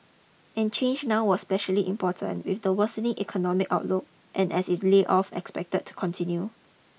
and change now was especially important with the worsening economic outlook and as layoffs expected to continue